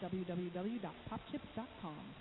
www.popchips.com